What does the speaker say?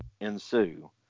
ensue